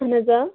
اَہَن حظ آ